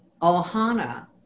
ohana